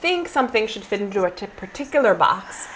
think something should fit into a particular box